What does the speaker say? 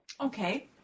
Okay